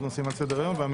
ועוד נושאים על סדר-היום.